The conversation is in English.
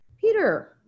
Peter